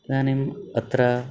इदानीम् अत्र